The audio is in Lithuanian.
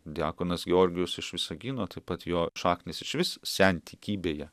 diakonas georgijus iš visagino taip pat jo šaknys išvis sentikybėje